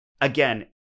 again